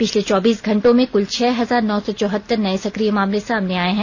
पिछले चौबीस घंटो में कुल छह हजार नौ सौ चौहतर नये सक्रिय मामले सामने आए हैं